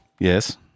Yes